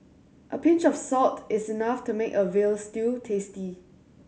a pinch of salt is enough to make a veal stew tasty